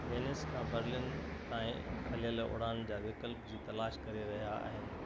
Venice खां Berlin ताईं हलियल उड़ान जा विकल्प जी तलाश करे रहिया आहिनि